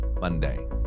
Monday